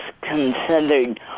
considered